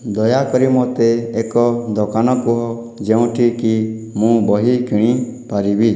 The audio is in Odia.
ଦୟାକରି ମୋତେ ଏକ ଦୋକାନ କୁହ ଯେଉଁଠି କି ମୁଁ ବହି କିଣି ପାରିବି